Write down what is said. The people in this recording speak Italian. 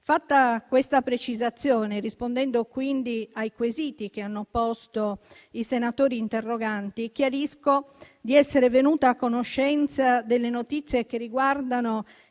Fatta questa precisazione, rispondendo quindi ai quesiti che hanno posto i senatori interroganti, chiarisco di essere venuta a conoscenza delle notizie che riguardano